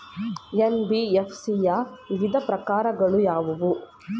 NBFC ಯ ವಿವಿಧ ಪ್ರಕಾರಗಳು ಯಾವುವು?